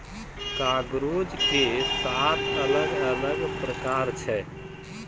कागजो के सात अलग अलग प्रकार छै